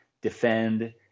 defend